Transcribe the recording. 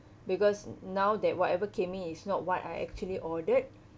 because now that whatever came in is not what I actually ordered